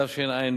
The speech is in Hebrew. התשע"ב